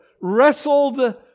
wrestled